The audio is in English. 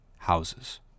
houses